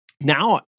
now